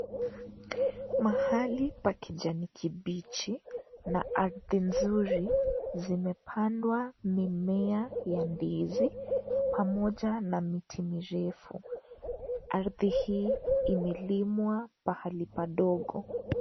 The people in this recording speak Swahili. Mahali pa kijani kibichi na ardhi nzuri zimepandwa mimea ya ndizi pamoja na miti mirefu, ardhi hii imelimwa pahali padogo.